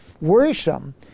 worrisome